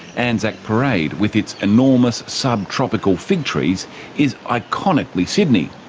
and anzac parade with its enormous sub-tropical fig trees is iconically sydney.